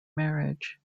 marriage